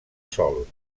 sol